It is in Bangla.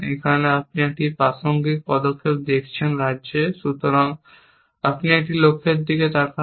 এখানে আপনি একটি প্রাসঙ্গিক পদক্ষেপ দেখছেন রাজ্যে সুতরাং আপনি একটি লক্ষ্যের দিকে তাকান